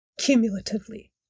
Cumulatively